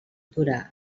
dura